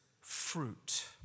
fruit